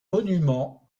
monument